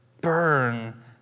burn